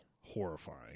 horrifying